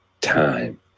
time